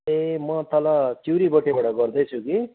ए म तल चिउरीबोटेबाट गर्दैछु कि